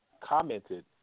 commented